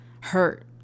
hurt